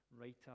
writer